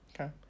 Okay